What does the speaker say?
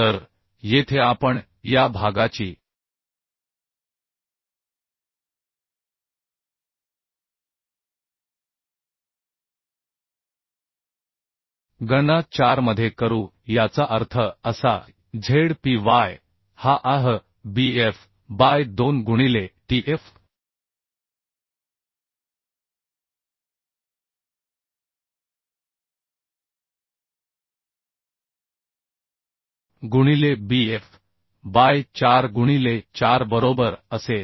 तर येथे आपण या भागाची गणना 4 मध्ये करू याचा अर्थ असा की Zpy हा आह Bf बाय 2 गुणिले Tf गुणिले Bf बाय 4 गुणिले 4 बरोबर असेल